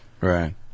Right